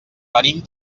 venim